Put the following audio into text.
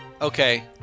Okay